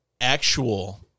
actual